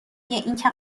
اینکه